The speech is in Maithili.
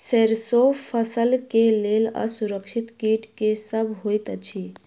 सैरसो फसल केँ लेल असुरक्षित कीट केँ सब होइत अछि?